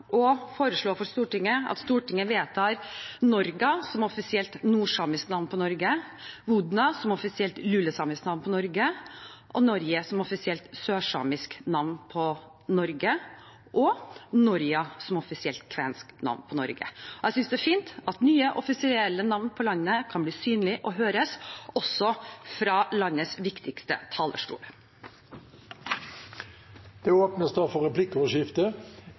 å foreslå for Stortinget at Stortinget vedtar: Norga som offisielt nordsamisk navn på Norge. Vuodna som offisielt lulesamisk navn på Norge. Nöörje som offisielt sørsamisk navn på Norge. Og Norja som offisielt kvensk navn på Norge. Jeg syns det er fint at nye offisielle navn på landet kan bli synlige og høres, også fra landets viktigste